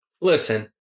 Listen